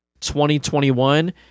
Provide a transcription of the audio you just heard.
2021